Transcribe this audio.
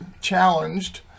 challenged